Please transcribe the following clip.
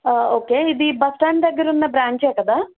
okay ఇది bus stand దగ్గర ఉన్న బ్రాంచ్ కదా